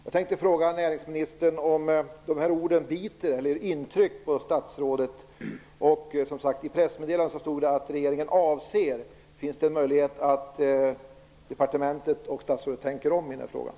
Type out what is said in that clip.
Jag vill fråga näringsministern om dessa ord gör något intryck på honom. I pressmeddelandet uttrycktes det hela med att "regeringen avser...". Är det möjligt att statsrådet och departementet tänker om i den här frågan?